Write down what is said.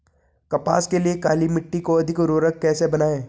कपास के लिए काली मिट्टी को अधिक उर्वरक कैसे बनायें?